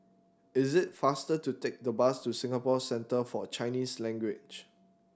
is it faster to take the bus to Singapore Centre For Chinese Language